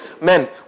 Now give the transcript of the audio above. Men